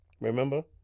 remember